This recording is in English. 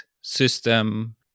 system